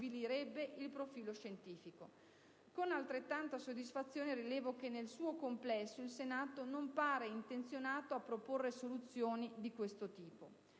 il Senato non pare intenzionato a proporre soluzioni di questo tipo.